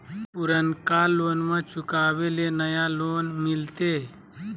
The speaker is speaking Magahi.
पुर्नका लोनमा चुकाबे ले नया लोन मिलते?